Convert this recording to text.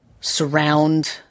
surround